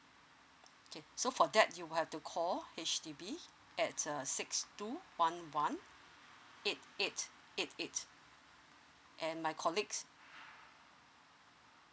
okay so for that you will have to call H_D_B at a six two one one eight eight eight eight and my colleagues